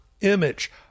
image